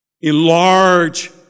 Enlarge